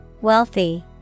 Wealthy